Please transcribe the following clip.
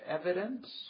evidence